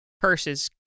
purses